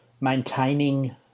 maintaining